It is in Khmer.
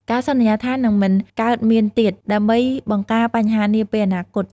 ការសន្យាថានឹងមិនកើតមានទៀត ដើម្បីបង្ការបញ្ហានាពេលអនាគត។